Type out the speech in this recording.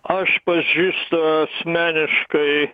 aš pažįstu asmeniškai